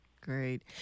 Great